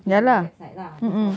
ya lah mm mm